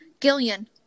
Gillian